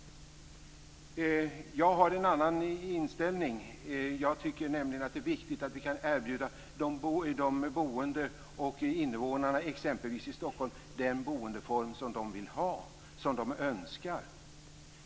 Jag har en annan inställning. Jag tycker nämligen att det är viktigt att vi kan erbjuda de boende och invånarna i exempelvis Stockholm den boendeform som de önskar.